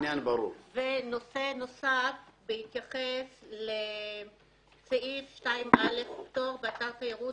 נושא נוסף בהתייחס לסעיף 2א. "באתר תיירות,